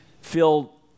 feel